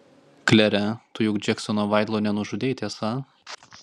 klere tu juk džeksono vaildo nenužudei tiesa